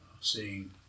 seeing